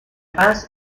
paz